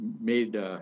made